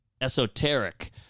esoteric